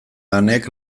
anek